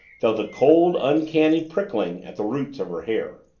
felt a cold, uncanny prickling at the roots of her hair.